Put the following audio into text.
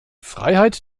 freiheit